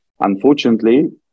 Unfortunately